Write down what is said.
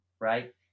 right